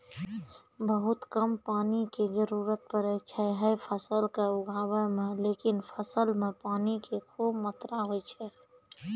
बहुत कम पानी के जरूरत पड़ै छै है फल कॅ उगाबै मॅ, लेकिन फल मॅ पानी के खूब मात्रा होय छै